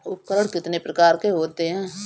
उपकरण कितने प्रकार के होते हैं?